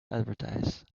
advertise